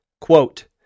Quote